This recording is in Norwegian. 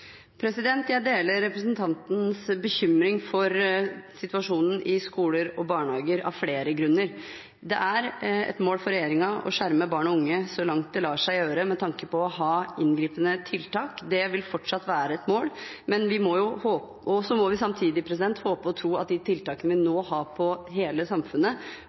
Jeg deler representantens bekymring for situasjonen i skoler og barnehager av flere grunner. Det er et mål for regjeringen å skjerme barn og unge så langt det lar seg gjøre med tanke på å ha inngripende tiltak. Det vil fortsatt være et mål, og så må vi samtidig håpe og tro at de tiltakene vi nå har for hele samfunnet,